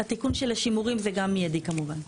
התיקון של השימורים זה גם מיידי כמובן.